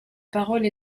parole